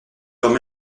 quand